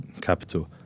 capital